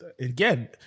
again